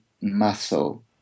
muscle